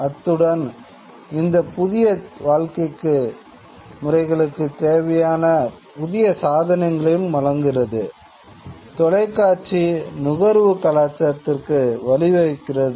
அத்துடன் இந்த புதிய வாழ்க்கை முறைகளுக்கு தேவையான புதிய சாதனங்களையும் வழங்குகிறது